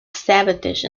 sabotage